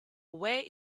way